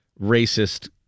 racist